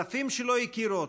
אלפים שלא הכירו אותו,